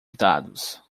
dados